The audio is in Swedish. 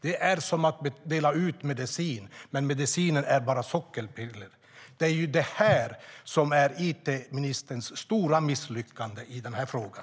Det är som att dela ut medicin som bara är sockerpiller. Detta är it-ministerns stora misslyckande i den här frågan.